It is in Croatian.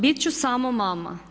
Bit ću samo mama.